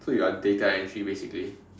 so you are data entry basically